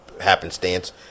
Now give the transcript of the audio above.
happenstance